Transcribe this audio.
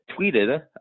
tweeted